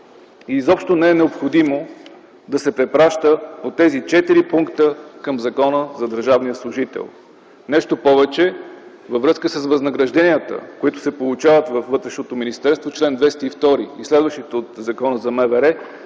Изобщо не е необходимо да се препраща по тези четири пункта към Закона за държавния служител. Нещо повече, във връзка с възнагражденията, които се получават във Вътрешното министерство – чл. 202 и следващите от Закона за МВР,